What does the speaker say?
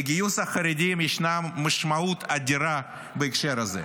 לגיוס החרדים ישנה משמעות אדירה בהקשר הזה.